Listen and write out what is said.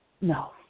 no